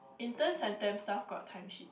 interns and temp staff got time sheet